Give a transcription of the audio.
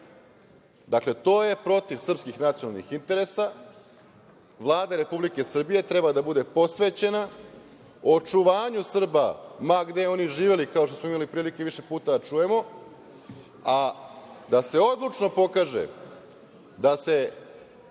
dana? Dakle, to je protiv srpskih nacionalnih interesa. Vlada Republike Srbije treba da bude posvećena očuvanju Srba, ma gde oni živeli, kao što smo imali prilike više puta da čujemo, a da se odlučno pokaže da se